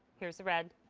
here's red,